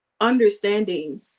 understanding